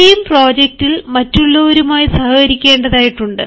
team പ്രോജെക്റ്റിൽ മറ്റുള്ളവരുമായി സഹകരിക്കേണ്ടതായിട്ടുണ്ട്